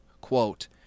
quote